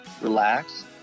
relax